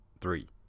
Three